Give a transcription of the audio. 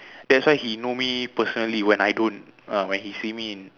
that's why he know me personally when I don't ah when he see me in